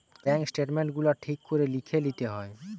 bank statement গুলা ঠিক করে লিখে লিতে হয়